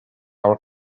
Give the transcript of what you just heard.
our